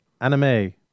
Anime